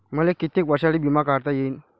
मले कितीक वर्षासाठी बिमा काढता येईन?